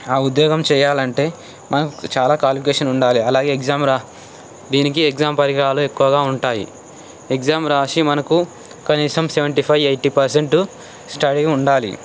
ఆ ఉద్యోగం చెయ్యాలంటే మాకు చాలా క్వాలిఫికేషన్ ఉండాలి అలాగే ఎగ్జామ్ రా దీనికి ఎగ్జామ్ పరికరాలు ఎక్కువగా ఉంటాయి ఎగ్జామ్ రాసి మనకు కనీసం seventy five eighty percent study ఉండాలి